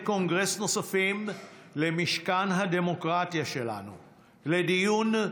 קונגרס נוספים למשכן הדמוקרטיה שלנו לדיון,